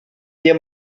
nie